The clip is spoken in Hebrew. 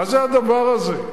מה זה הדבר הזה?